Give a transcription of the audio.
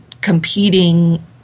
competing